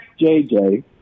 JJ